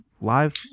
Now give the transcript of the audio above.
live